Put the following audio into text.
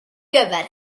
gyfer